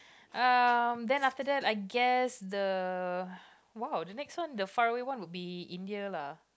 um then after that I guess the !wow! the next one the faraway one would be India lah